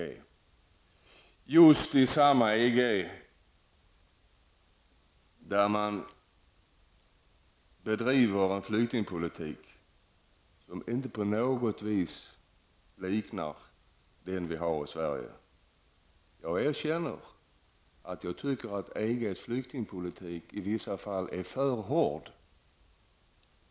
Det är just samma EG där man bedriver en flyktingpolitik som inte på något vis liknar den vi har i Sverige. Jag erkänner att flyktingpolitiken inom EG i vissa fall är för hård.